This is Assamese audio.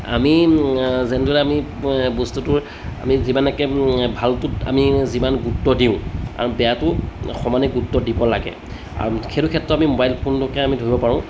আমি যেনেদৰে আমি বস্তুটোৰ আমি যিমানকৈ ভালটোত আমি যিমান গুৰুত্ব দিওঁ আৰু বেয়াটোও সমানে গুৰুত্ব দিব লাগে আৰু সেইটো ক্ষেত্ৰত আমি মোবাইল ফোনটোকে আমি ধৰিব পাৰোঁ